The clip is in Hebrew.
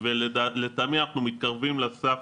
ולטעמי אנחנו מתקרבים לסף